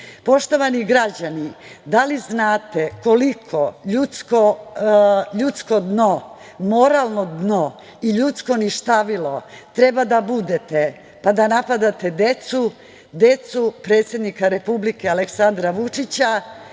Poštovani građani, da li znate koliko ljudsko dno, moralno dno i ljudsko ništavilo treba da budete, pa da napadate decu, decu predsednika Republike Aleksandra Vučića,